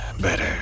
better